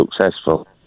successful